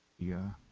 yeah,